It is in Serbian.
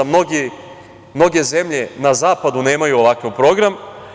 Mnoge zemlje na zapadu nemaju ovakav program.